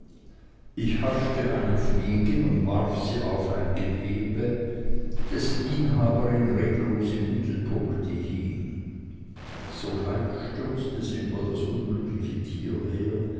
ich haschte ein fliege und warf sie auf ein gewebe dessen inhaberin reglos im mittelpunkte hing sogleich stürzte sie über das unglückliche tier her